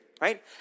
right